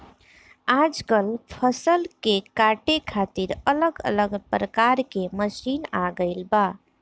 आजकल फसल के काटे खातिर अलग अलग प्रकार के मशीन आ गईल बा